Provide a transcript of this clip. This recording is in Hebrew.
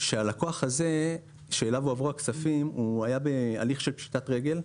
שהלקוח הזה שאליו הועברו הכספים היה בהליך של פשיטת רגל,